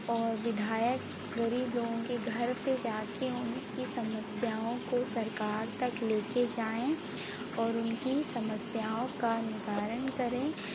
और विधायक ग़रीब लोगों के घर पर जा कर उनकी समस्याओं को सरकार तक ले कर जाएं और उनकी समस्याओं का निवारण करें